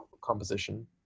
composition